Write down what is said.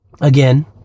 again